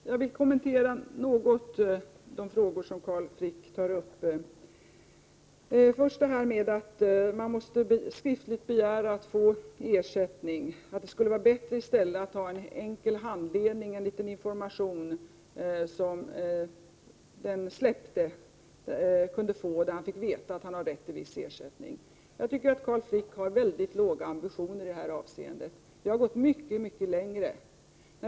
Herr talman! Jag vill något kommentera de frågor som Carl Frick tog upp. Först det här att man skriftligt måste begära att få ersättning. Carl Frick menar att det skulle vara bättre att ge enkel handledning och litet information till den frisläppte, där han fick veta att han har rätt till viss ersättning. Jag tycker att Carl Frick har väldigt låga ambitioner i det avseendet. Det har gått mycket längre.